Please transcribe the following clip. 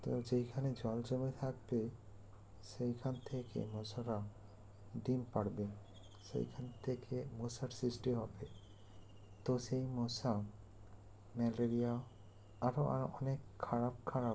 তো যেইখানে জল জমে থাকবে সেইখান থেকে মশারা ডিম পারবে সেইখান থেকে মশার সৃষ্টি হবে তো সেই মশা ম্যালেরিয়া আরও আরও অনেক খারাপ খারাপ